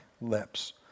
lips